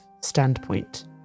standpoint